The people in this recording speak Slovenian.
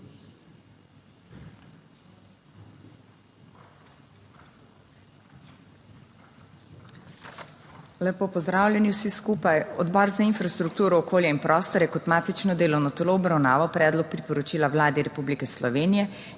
Lepo pozdravljeni vsi skupaj. Odbor za infrastrukturo, okolje in prostor je kot matično delovno telo obravnaval predlog priporočila Vladi Republike Slovenije